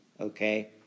Okay